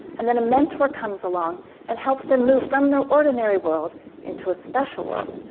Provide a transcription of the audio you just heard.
and then a mentor comes along and helps them move from their ordinary world into a special world.